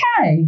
okay